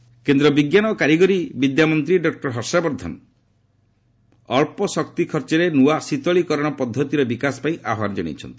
ହର୍ଷବର୍ଦ୍ଧନ କେନ୍ଦ୍ର ବିଜ୍ଞାନ ଓ କାରିଗରି ବିଦ୍ୟାମନ୍ତ୍ରୀ ଡକ୍ଟର ହର୍ଷବର୍ଦ୍ଧନ ଅଳ୍ପ ଶକ୍ତି ଖର୍ଚ୍ଚରେ ନୃଆ ଶୀତଳୀକରଣ ପଦ୍ଧତିର ବିକାଶ ପାଇଁ ଆହ୍ୱାନ ଜଣାଇଛନ୍ତି